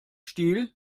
stiel